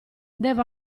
devo